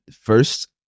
First